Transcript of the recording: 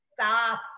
stop